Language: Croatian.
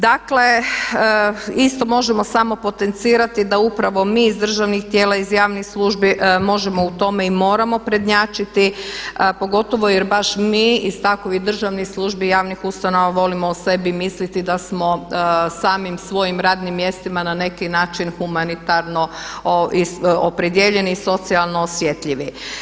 Dakle, isto možemo samo potencirati da upravo mi iz državnih tijela, iz javnih službi možemo u tome i moramo prednjačiti pogotovo jer baš mi iz takovih državnih službi i javnih ustanova volimo o sebi misliti da smo samim svojim radnim mjestima na neki način humanitarno opredijeljeni i socijalno osjetljivi.